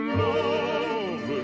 love